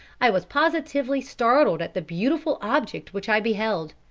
i was positively startled at the beautiful object which i beheld.